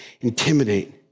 intimidate